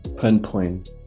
pinpoint